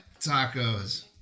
tacos